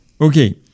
okay